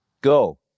Go